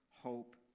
hope